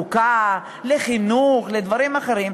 לתעסוקה, לחינוך ולדברים אחרים.